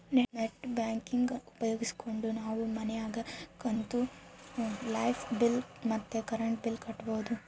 net banking ಉಪಯೋಗಿಸ್ಕೆಂಡು ನಾವು ಮನ್ಯಾಗ ಕುಂತು ವೈಫೈ ಬಿಲ್ ಮತ್ತೆ ಕರೆಂಟ್ ಬಿಲ್ ಕಟ್ಬೋದು